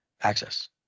access